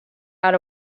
out